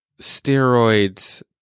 steroids